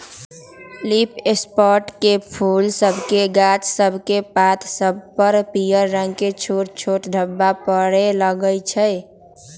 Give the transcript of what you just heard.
leaf spot में फूल सभके गाछ सभकेक पात सभ पर पियर रंग के छोट छोट ढाब्बा परै लगइ छै